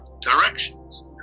directions